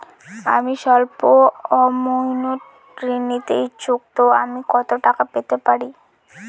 আমি সল্প আমৌন্ট ঋণ নিতে ইচ্ছুক তো আমি কত টাকা পেতে পারি?